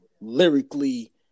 lyrically